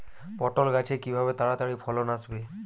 পটল গাছে কিভাবে তাড়াতাড়ি ফলন আসবে?